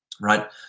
right